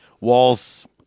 Walls